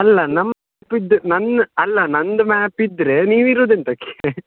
ಅಲ್ಲ ನಮ್ಮ ದುಡ್ಡು ನನ್ನ ಅಲ್ಲ ನನ್ನದು ಮ್ಯಾಪ್ ಇದ್ದರೆ ನೀವಿರೋದ್ ಎಂಥಕ್ಕೆ